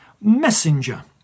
messenger